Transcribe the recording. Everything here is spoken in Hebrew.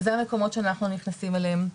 אז אלה המקומות שאנחנו נכנסים אליהם.